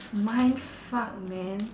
mindfuck man